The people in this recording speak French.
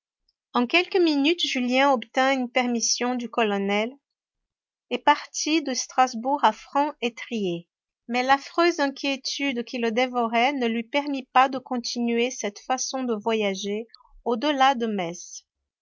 en quelques minutes julien obtint une permission du colonel et partit de strasbourg à franc étrier mais l'affreuse inquiétude qui le dévorait ne lui permit pas de continuer cette façon de voyager au-delà de metz